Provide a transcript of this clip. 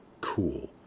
Cool